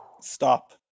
stop